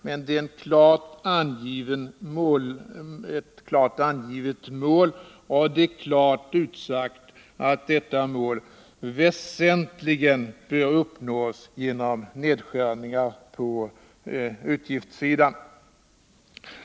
Men vi har ett klart angivet mål, och det är klart utsagt att detta mål väsentligen bör uppnås genom nedskärningar på utgiftssidan.